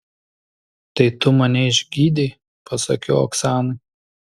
tai tu mane išgydei pasakiau oksanai